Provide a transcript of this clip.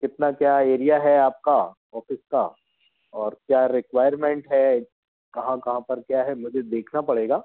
कितना क्या एरिया है आपका ऑफ़िस का और क्या रिक्वायरमेंट है कहाँ कहाँ पर क्या है मुझे देखना पड़ेगा